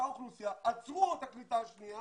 עצרו את הקליטה השנייה